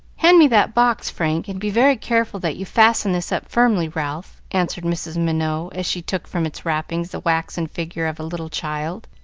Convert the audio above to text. hand me that box, frank, and be very careful that you fasten this up firmly, ralph, answered mrs. minot, as she took from its wrappings the waxen figure of a little child.